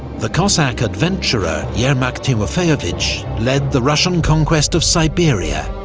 the cossack adventurer yermak timofeyevich led the russian conquest of siberia,